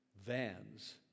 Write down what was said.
Vans